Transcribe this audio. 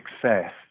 success